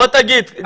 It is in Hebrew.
בוא תגיד,